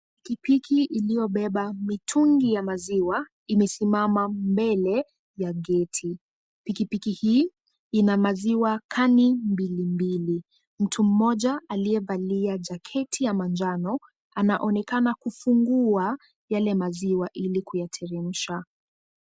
Pikipiki iliyo beba mitungi ya maziwa imesimama mbele ya geti. Pikipiki hii ina maziwa kani mbili. Mtu mmoja aliyevalia jaketi ya manjano anaonekana kufungua yale maziwa ili kuyateremsha.